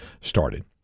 started